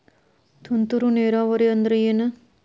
ತುಂತುರು ನೇರಾವರಿ ಅಂದ್ರ ಏನ್?